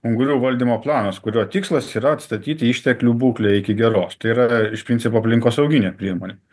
ungurių valdymo planas kurio tikslas yra atstatyti išteklių būklę iki geros tai yra iš principo aplinkosauginė priemonė